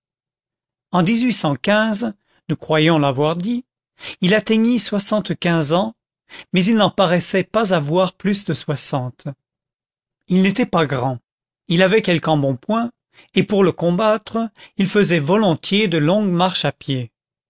en nous croyons l'avoir dit il atteignit soixante-quinze ans mais il n'en paraissait pas avoir plus de soixante il n'était pas grand il avait quelque embonpoint et pour le combattre il faisait volontiers de longues marches à pied